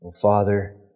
Father